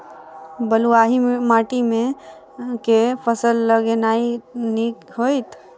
बलुआही माटि मे केँ फसल लगेनाइ नीक होइत?